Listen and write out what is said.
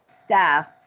staff